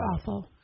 awful